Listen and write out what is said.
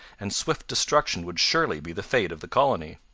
and swift destruction would surely be the fate of the colony.